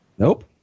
Nope